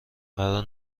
قرار